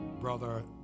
Brother